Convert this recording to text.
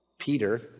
Peter